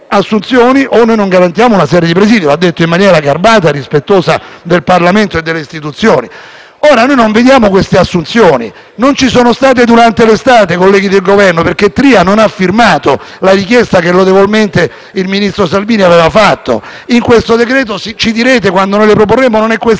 o non garantiranno una serie di presidi. Lo ha detto in maniera garbata e rispettosa del Parlamento e delle istituzioni. Ora noi non vediamo queste assunzioni. Colleghi del Governo, non ci sono state durante l'estate perché il ministro Tria non ha firmato la richiesta che lodevolmente il ministro Salvini aveva fatto. In questo decreto-legge ci direte, quando noi le proporremo, che non è questa